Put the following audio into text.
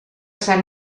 sant